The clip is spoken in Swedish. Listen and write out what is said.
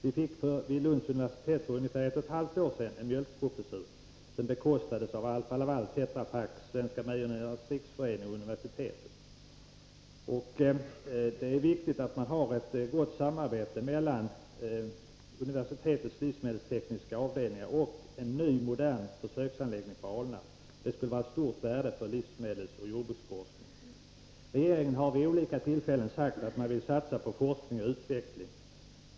Vi fick vid Lunds universitet för ungefär ett och ett halvt år sedan en mjölkprofessur som bekostas av Alfa-Laval, Tetra Pak, Svenska Mejeriernas riksförening och universitet. Det är viktigt att man får ett gott samarbete mellan universitetets livsmedeltekniska avdelningar och en ny modern försöksanläggning i Alnarp. Det skulle vara av stort värde för livsmedelsoch jordbruksforskningen. Regeringen har vid olika tillfällen sagt att man vill satsa på forskning och utveckling.